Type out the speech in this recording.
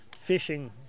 fishing